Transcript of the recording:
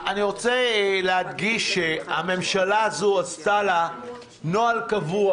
אני רוצה להדגיש, הממשלה הזו עשתה לה נוהל קבוע